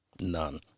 none